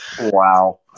wow